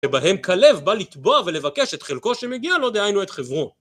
שבהם כלב בא לטבוע ולבקש את חלקו שמגיע לו, דהיינו, את חברו.